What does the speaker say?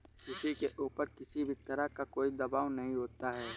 किसी के ऊपर किसी भी तरह का कोई दवाब नहीं होता है